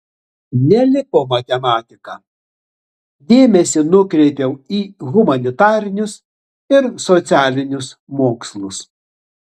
nelipo matematika dėmesį nukreipiau į humanitarinius ir socialinius mokslus